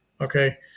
Okay